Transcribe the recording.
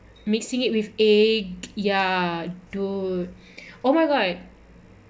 mixing it with egg ya dude oh my god